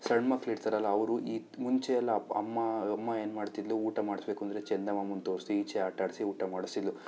ಸಣ್ಣ ಮಕ್ಳು ಇರ್ತಾರಲ್ಲ ಅವರು ಈ ಮುಂಚೆ ಎಲ್ಲ ಅಪ್ಪ ಅಮ್ಮ ಅಮ್ಮ ಏನು ಮಾಡ್ತಿದ್ಳು ಊಟ ಮಾಡಿಸ್ಬೇಕು ಅಂದರೆ ಚಂದಮಾಮನ್ನ ತೋರಿಸಿ ಈಚೆ ಆಟ ಆಡಿಸಿ ಊಟ ಮಾಡಿಸ್ತಿದ್ಳು